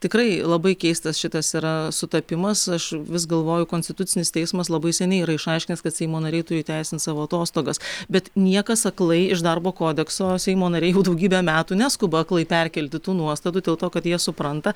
tikrai labai keistas šitas yra sutapimas aš vis galvoju konstitucinis teismas labai seniai yra išaiškinęs kad seimo nariai turi įteisint savo atostogas bet niekas aklai iš darbo kodekso seimo nariai jau daugybę metų neskuba aklai perkelti tų nuostatų dėl to kad jie supranta